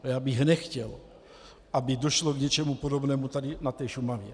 Já bych nechtěl, aby došlo k něčemu podobnému tady na Šumavě.